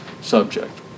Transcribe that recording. subject